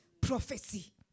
prophecy